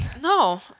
No